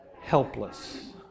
helpless